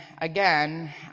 again